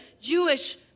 Jewish